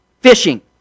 fishing